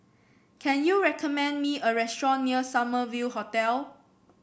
can you recommend me a restaurant near Summer View Hotel